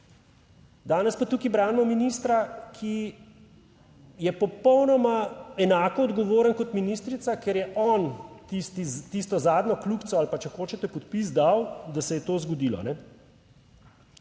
danes pa tukaj branimo ministra, ki je popolnoma enako odgovoren kot ministrica, ker je on tisti s tisto zadnjo kljukico ali pa, če hočete, podpis dal, da se je to zgodilo.